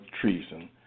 treason